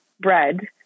bread